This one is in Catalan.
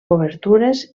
obertures